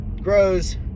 grows